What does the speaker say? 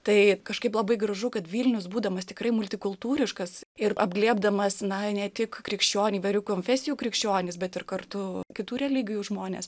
tai kažkaip labai gražu kad vilnius būdamas tikrai multikultūriškas ir apglėbdamas na ne tik krikščionį konfesijų krikščionys bet ir kartu kitų religijų žmonės